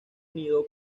unido